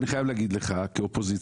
אני חייב להגיד לך כאופוזיציה,